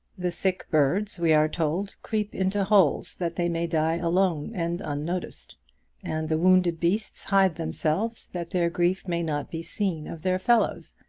the sick birds, we are told, creep into holes, that they may die alone and unnoticed and the wounded beasts hide themselves that their grief may not be seen of their fellows.